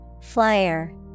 Flyer